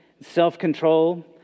self-control